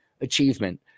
achievement